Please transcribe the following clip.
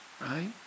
right